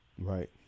Right